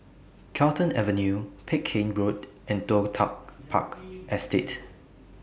Carlton Avenue Peck Hay Road and Toh Tuck Park Estate